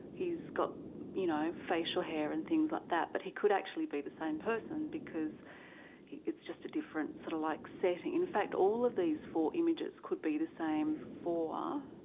he's got you know facial hair and things like that but he could actually be the same person because it's just a different sort of like setting. in fact all of these four images could be the same four.